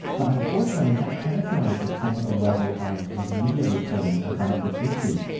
but unfortunately that characterises some of the level of the media reporting about this issue.